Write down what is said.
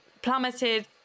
plummeted